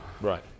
Right